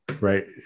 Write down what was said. right